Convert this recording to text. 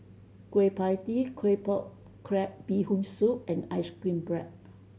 Kueh Pie Tee Claypot Crab Bee Hoon Soup and ice cream bread